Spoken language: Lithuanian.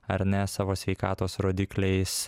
ar ne savo sveikatos rodikliais